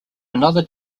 another